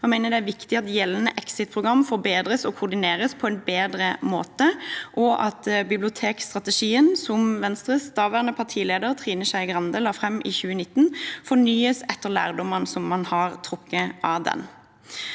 Jeg mener det er viktig at gjeldende exit-program forbedres og koordineres på en bedre måte, og at bibliotekstrategien, som Venstres daværende partileder, Trine Skei Grande, la fram i 2019, fornyes etter lærdommene man har trukket av den.